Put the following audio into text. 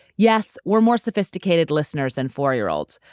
yes, we're more sophisticated listeners than four-year-olds,